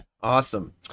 Awesome